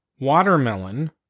watermelon